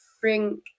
bring